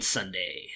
Sunday